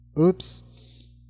Oops